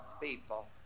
people